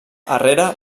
herrera